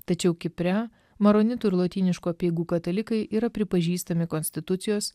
tačiau kipre maronitų ir lotyniškų apeigų katalikai yra pripažįstami konstitucijos